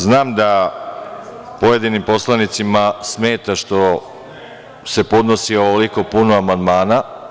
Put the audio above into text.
Znam da pojedinim poslanicima smeta što se podnosi ovoliko puno amandmana.